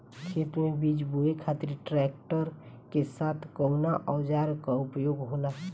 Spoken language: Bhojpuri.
खेत में बीज बोए खातिर ट्रैक्टर के साथ कउना औजार क उपयोग होला?